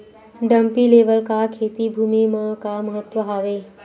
Dumpy level का खेती भुमि म का महत्व हावे?